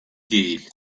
değil